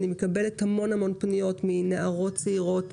אני מקבלת המון פניות מנערות צעירות,